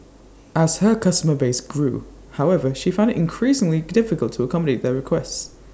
as her customer base grew however she found IT increasingly difficult to accommodate their requests